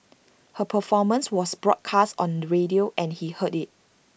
her performance was broadcast on radio and he heard IT